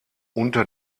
unter